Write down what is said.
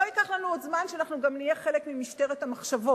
לא ייקח לנו עוד זמן שגם נהיה חלק ממשטרת המחשבות.